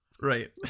right